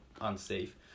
unsafe